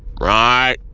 right